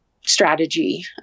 strategy